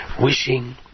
wishing